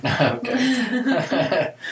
Okay